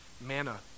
manna